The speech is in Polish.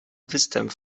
występ